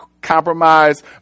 compromise